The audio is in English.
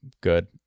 good